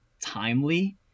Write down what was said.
timely